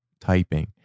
typing